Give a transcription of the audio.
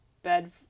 bed